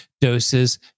doses